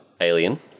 alien